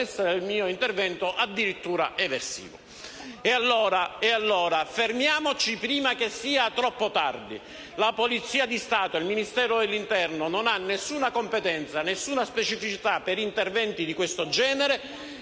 E allora, fermiamoci prima che sia troppo tardi. Né la Polizia di Stato, né il Ministero dell'interno hanno alcuna competenza specifica per interventi di questo genere,